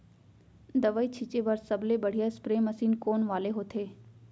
दवई छिंचे बर सबले बढ़िया स्प्रे मशीन कोन वाले होथे?